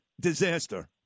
disaster